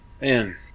Man